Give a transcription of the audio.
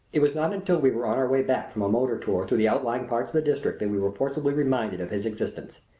it was not until we were on our way back from a motor tour through the outlying parts of the district that we were forcibly reminded of his existence.